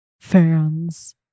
fans